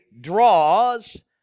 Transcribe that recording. draws